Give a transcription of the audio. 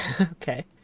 Okay